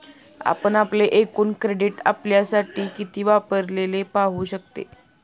आपण आपले एकूण क्रेडिट आपल्यासाठी किती वापरलेले पाहू शकते